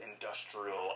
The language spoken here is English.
industrial